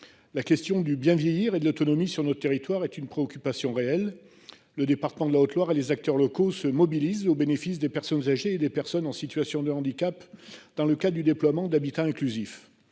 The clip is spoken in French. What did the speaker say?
La question du « bien vieillir » et de l'autonomie dans notre territoire est une préoccupation réelle. À ce titre, le département de la Haute-Loire et les acteurs locaux se mobilisent au bénéfice des personnes âgées et des personnes en situation de handicap, dans le cadre du déploiement d'habitats inclusifs.